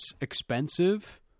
expensive